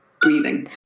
breathing